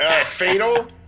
Fatal